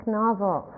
novel